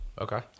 Okay